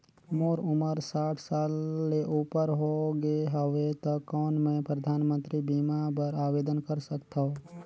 मोर उमर साठ साल ले उपर हो गे हवय त कौन मैं परधानमंतरी बीमा बर आवेदन कर सकथव?